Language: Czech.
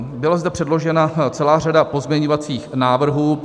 Byla zde předložena celá řada pozměňovacích návrhů.